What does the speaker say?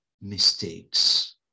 mistakes